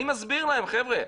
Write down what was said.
אני מסביר להם: חבר'ה,